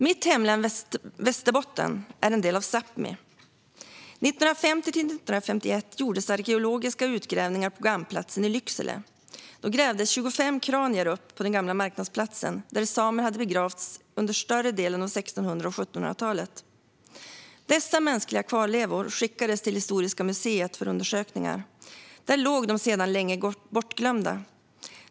Mitt hemlän Västerbotten är en del av Sápmi. Åren 1950-1951 gjordes arkeologiska utgrävningar på Gammplatsen i Lycksele. Då grävdes 25 kranier upp på den gamla marknadsplatsen, där samer hade begravts under större delen av 1600 och 1700-talet. Dessa mänskliga kvarlevor skickades till Historiska museet för undersökningar. Där låg de sedan länge bortglömda.